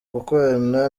gukorana